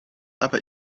aber